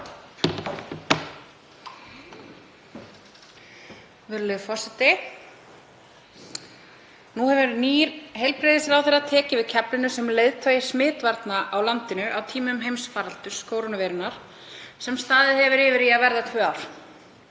Virðulegur forseti. Nú hefur nýr heilbrigðisráðherra tekið við keflinu sem leiðtogi smitvarna á landinu á tímum heimsfaraldurs kórónuveirunnar sem staðið hefur yfir í að verða tvö ár.